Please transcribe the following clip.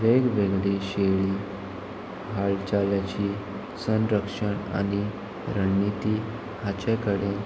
वेगवेगळी शैली हालचाल्याची संरक्षण आनी रणनिती हाचे कडेन